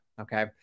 Okay